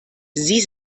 sie